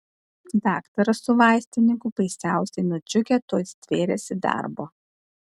daktaras su vaistininku baisiausiai nudžiugę tuoj stvėrėsi darbo